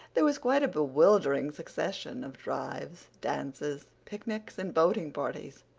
there was quite a bewildering succession of drives, dances, picnics and boating parties,